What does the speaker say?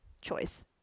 choice